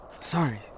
Sorry